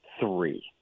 three